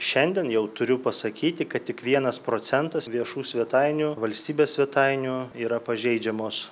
šiandien jau turiu pasakyti kad tik vienas procentas viešų svetainių valstybės svetainių yra pažeidžiamos